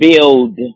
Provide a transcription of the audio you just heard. build